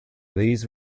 these